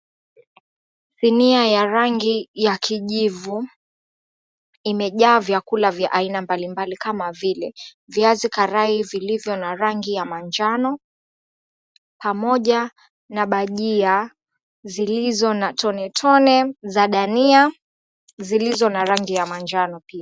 Sinia ya rangi ya kijivu imejaa vyakula vya aina mbalimbali kama vile; viazikarai vilivyo na rangi ya manjano, pamoja na bajia zilizo na tonetone za dania zilizo na rangi ya manjano pia.